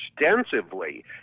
extensively